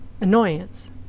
annoyance